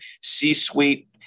C-Suite